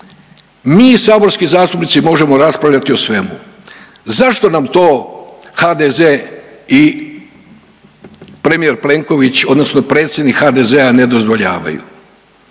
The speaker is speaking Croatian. Mi saborski zastupnici možemo raspravljati o svemu. Zašto nam to HDZ i premijer Plenković, odnosno predsjednik HDZ-a ne dozvoljavaju?